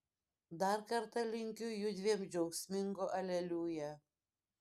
dar kartą linkiu judviem džiaugsmingo aleliuja